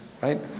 Right